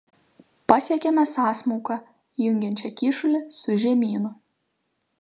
pasiekėme sąsmauką jungiančią kyšulį su žemynu